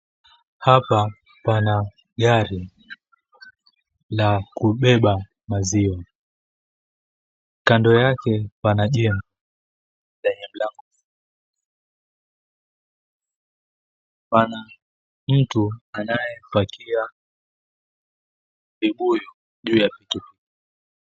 Hapa pana gari la kubeba maziwa. Kando yake pana jengo lenye mlango. Pana mtu anayepakia vibuyu juu ya pikipiki.